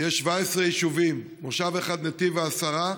יש 17 יישובים, מושב אחד, נתיב העשרה,